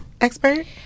expert